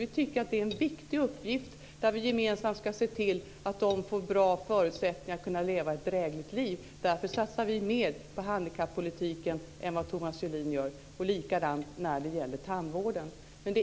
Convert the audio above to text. Vi tycker att det är en viktig uppgift, där vi gemensamt ska se till att de får bra förutsättningar att kunna leva ett drägligt liv. Därför satsar vi mer på handikappolitiken än vad Thomas Julin gör, liksom när det gäller tandvården. Men